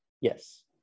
yes